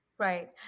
Right